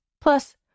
Plus